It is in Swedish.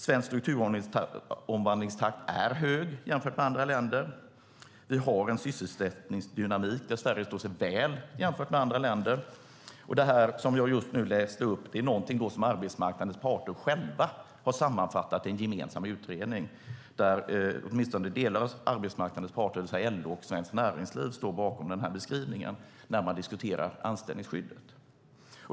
Svensk strukturomvandlingstakt är hög jämfört med andra länder, och vi har en sysselsättningsdynamik där Sverige står sig väl jämfört med andra länder. Det som jag talade om är någonting som arbetsmarknadens parter själva har sammanfattat i en gemensam utredning där åtminstone delar av arbetsmarknadens parter, det vill säga LO och Svenskt Näringsliv, står bakom denna beskrivning när man diskuterar anställningsskyddet.